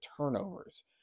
turnovers